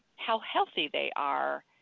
how healthy they are,